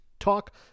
talk